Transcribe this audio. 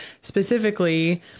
specifically